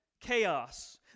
chaos